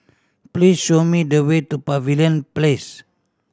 please show me the way to Pavilion Place